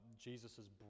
Jesus's